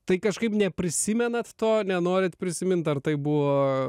tai kažkaip neprisimenat to nenorit prisimint ar tai buvo